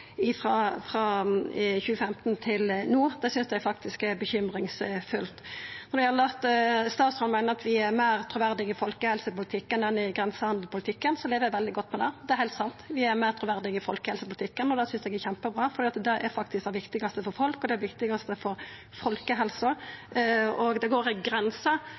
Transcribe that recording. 2015 til no. Det synest eg faktisk er urovekkjande. Når statsråden meiner at vi er meir truverdige i folkehelsepolitikken enn i grensehandelpolitikken, lever eg veldig godt med det. Det er heilt sant. Vi er meir truverdige i folkehelsepolitikken, og det synest eg er kjempebra, for det er faktisk det viktigaste for folk og for folkehelsa. Det går ei grense for kva ein skal tillata for å minimera grensehandel og lekkasje, og det går